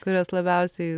kurios labiausiai